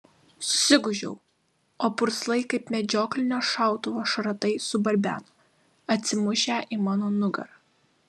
susigūžiau o purslai kaip medžioklinio šautuvo šratai subarbeno atsimušę į mano nugarą